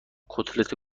کتلت